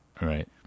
Right